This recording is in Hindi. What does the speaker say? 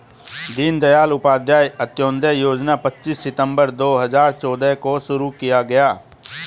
दीन दयाल उपाध्याय अंत्योदय योजना पच्चीस सितम्बर दो हजार चौदह को शुरू किया गया